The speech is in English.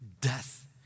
Death